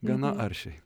gana aršiai